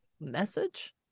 message